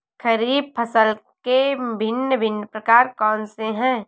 खरीब फसल के भिन भिन प्रकार कौन से हैं?